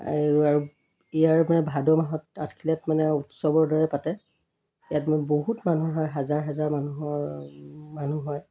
আৰু ইয়াৰ মানে ভাদ মাহত আঠখেলীয়াত মানে উৎসৱৰ দৰে পাতে ইয়াত মানে বহুত মানুহ হয় হাজাৰ হাজাৰ মানুহৰ মানুহ হয়